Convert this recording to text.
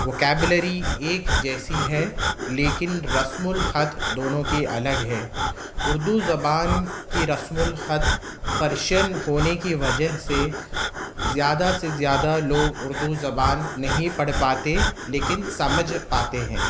vocabulary ایک جیسی ہے لیکن رسم الخط دونوں کے الگ ہیں اردو زبان کی رسم الخط پرشین ہونے کی وجہ سے زیادہ سے زیادہ لوگ اردو زبان نہیں پڑھ پاتے لیکن سمجھ پاتے ہیں